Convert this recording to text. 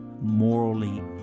morally